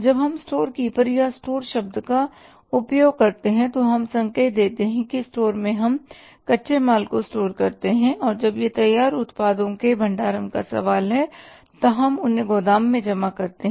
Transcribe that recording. जब हम स्टोरकीपर या स्टोर शब्द का उपयोग करते हैं तो हम संकेत देते हैं कि स्टोर में हम कच्चे माल को स्टोर करते हैं और जब यह तैयार उत्पादों के भंडारण का सवाल है तो हम उन्हें गोदाम में जमा करते हैं